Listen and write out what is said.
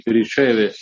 riceve